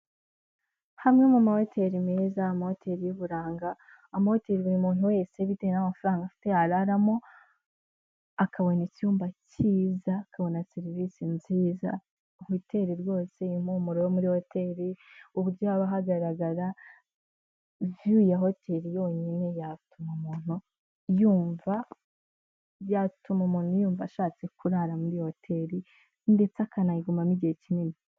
Amwe mu mahoteli meza, amahoteri y'uburanga, amahoteli buri muntu wese bitewe n'amafaranga afite yararamo akabona icyumba kiza, akabona serivisi nziza, Hoteri rwose impumuro yo muri hotri uburyo haba hagaragara viyu ya hoteri yonyine yatuma umuntu yumva ashatse kurara muri hoteli ndetse akanayigumamo igihe kinini.